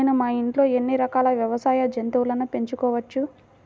నేను మా ఇంట్లో ఎన్ని రకాల వ్యవసాయ జంతువులను పెంచుకోవచ్చు?